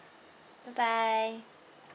bye bye